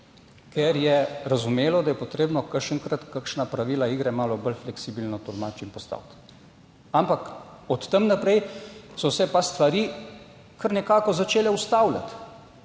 ker je razumelo, da je potrebno kakšenkrat kakšna pravila igre malo bolj fleksibilno tolmačim in postaviti. Ampak od tam naprej so se pa stvari kar nekako začele ustavljati.